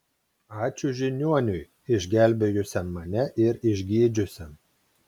ačiū žiniuoniui išgelbėjusiam mane ir išgydžiusiam